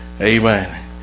Amen